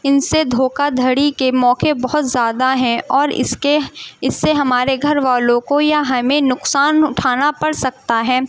ان سے دھوکہ دھڑی کے موقعے بہت زیادہ ہیں اور اس کے اس سے ہمارے گھر والوں کو یا ہمیں نقصان اٹھانا پڑ سکتا ہے